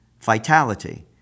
vitality